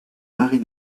marie